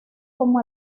como